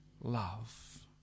love